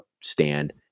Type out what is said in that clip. stand